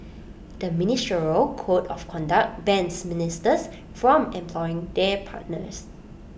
the ministerial code of conduct bans ministers from employing their partners